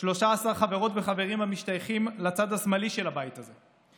13 חברות וחברים המשתייכים לצד השמאלי של הבית הזה,